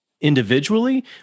individually